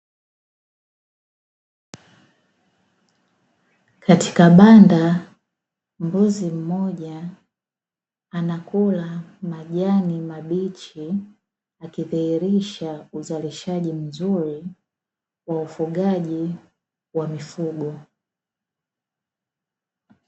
Katika banda mbuzi mmoja anakula majani mabichi, akidhihirisha uzalishaji mzuri wa ufugaji wa mifugo.